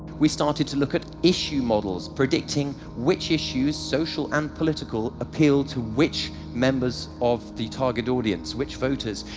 we started to look at issue models, predicting which issues, social and political, appeal to which members of the target audience, which voters,